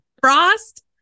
Frost